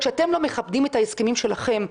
כשאתם לא מכבדים את הסכמים שלכם,